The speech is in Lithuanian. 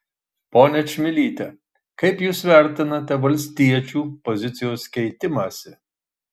ponia čmilyte kaip jūs vertinate valstiečių pozicijos keitimąsi